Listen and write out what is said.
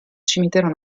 cimitero